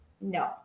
no